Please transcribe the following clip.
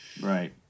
Right